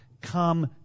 Come